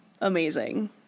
amazing